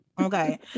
okay